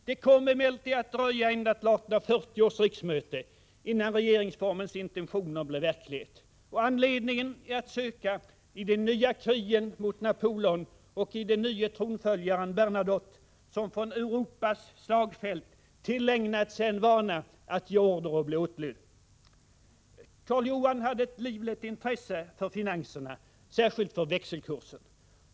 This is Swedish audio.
Det kom emellertid att dröja ända till 1840 års riksmöte, innan regeringsformens intentioner blev verklighet. Anledningen är att söka i de nya krigen mot Napoleon och i den nye tronföljaren, Bernadotte, som från Europas slagfält tillägnat sig en vana att ge order och bli åtlydd. Carl Johan hade ett livligt intresse för finanserna, särskilt för växelkursen.